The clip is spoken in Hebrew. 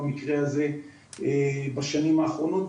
בשנים האחרונות.